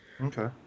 Okay